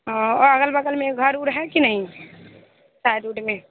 और अगल बगल में घर उर हैं कि नहीं में